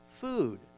food